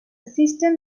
system